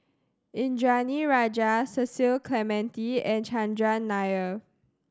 Indranee Rajah Cecil Clementi and Chandran Nair